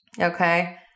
Okay